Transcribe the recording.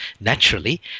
naturally